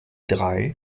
drei